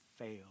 fail